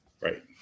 right